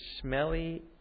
smelly